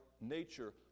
nature